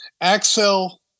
Axel